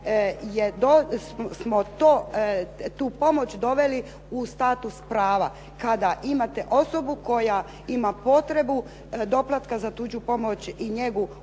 smo tu pomoć doveli u status prava kada imate osobu koja ima potrebu doplatka za tuđu pomoć i njegu